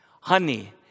Honey